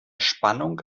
spannung